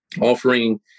offering